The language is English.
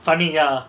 funny ya